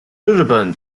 日本